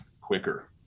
quicker